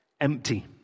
empty